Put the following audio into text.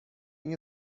nie